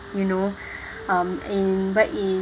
you know in back in